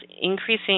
increasing